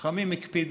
חכמים הקפידו,